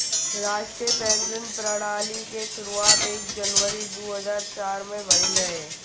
राष्ट्रीय पेंशन प्रणाली के शुरुआत एक जनवरी दू हज़ार चार में भईल रहे